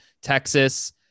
Texas